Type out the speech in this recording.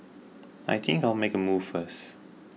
I think I'll make a move first